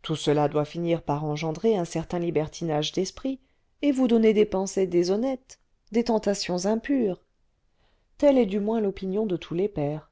tout cela doit finir par engendrer un certain libertinage d'esprit et vous donner des pensées déshonnêtes des tentations impures telle est du moins l'opinion de tous les pères